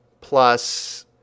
Plus